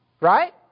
Right